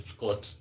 Scott